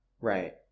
Right